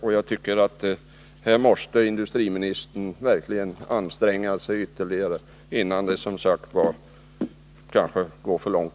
Och här måste industriministern verkligen anstränga sig ytterligare innan det, som sagt, kanske går för långt.